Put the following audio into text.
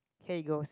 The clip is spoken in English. here it go